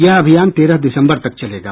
यह अभियान तेरह दिसम्बर तक चलेगा